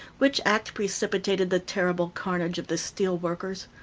which act precipitated the terrible carnage of the steel workers.